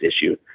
issue